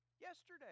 yesterday